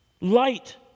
light